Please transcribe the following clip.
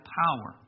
power